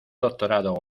doctorado